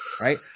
right